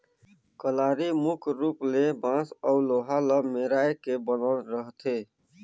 कलारी मुख रूप ले बांस अउ लोहा ल मेराए के बनल रहथे